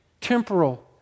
temporal